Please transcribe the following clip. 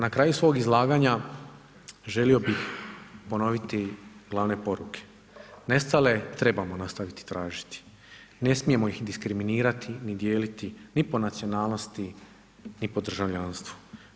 Na kraju svog izlaganja želio bih ponoviti glavne poruke, nestale trebamo nastaviti tražiti, ne smijemo ih diskriminirati ni dijeliti, ni po nacionalnosti, ni po državljanstvu.